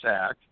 Act